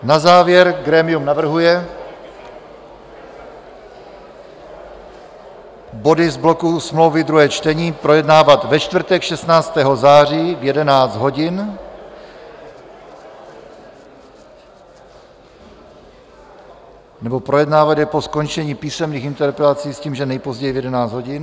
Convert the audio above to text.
Na závěr grémium navrhuje body z bloku smlouvy druhé čtení projednávat ve čtvrtek 16. září v 11 hodin nebo projednávat je po skončení písemných interpelací s tím, že nejpozději v 11 hodin.